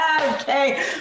okay